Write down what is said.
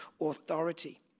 authority